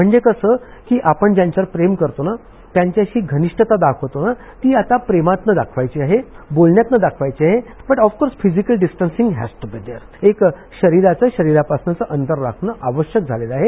म्हणजे कसं आपण ज्यांच्यावर प्रेम करतो त्यांच्याशी घनिष्टता दाखवतो ही आता प्रेमातून दाखवायची आहे बोलण्यातून दाखवायची आहे पण अफकोर्स फिजिकल डिस्टंसिंग राखून शरीराचं शरीरापासून अंतर राखणं आवश्यक झालं आहे